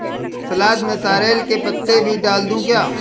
सलाद में सॉरेल के पत्ते भी डाल दूं क्या?